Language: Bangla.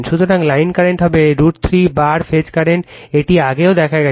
সুতরাং লাইন কারেন্ট হবে √ 3 বার ফেজ কারেন্ট এটি আগেও দেখা গেছে